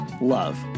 love